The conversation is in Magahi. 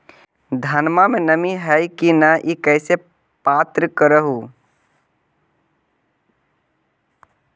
धनमा मे नमी है की न ई कैसे पात्र कर हू?